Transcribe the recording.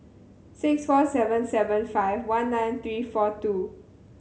six four seven seven five one nine three four two